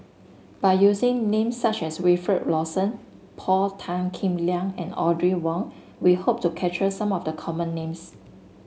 by using names such as Wilfed Lawson Paul Tan Kim Liang and Audrey Wong we hope to capture some of the common names